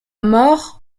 mort